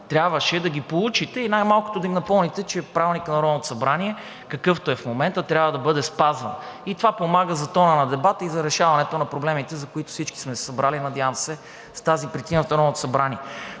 трябваше да ги поучите или най-малко да им напомните, че Правилникът на Народното събрание, какъвто е в момента, трябва да бъде спазван. Това помага за тона на дебата и за решаването на проблемите, за които всички сме се събрали, надявам се, по тази причина в Народното събрание.